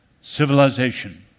civilization